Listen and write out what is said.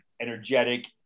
energetic